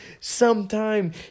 sometime